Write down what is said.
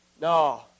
No